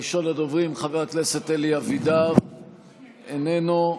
ראשון הדוברים, חבר הכנסת אלי אבידר, איננו,